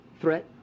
threat